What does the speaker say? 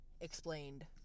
explained